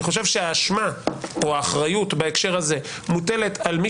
אני חושב שהאשמה או האחריות בהקשר הזה מוטלת על מי